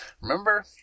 remember